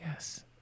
Yes